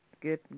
Good